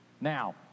Now